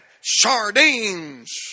sardines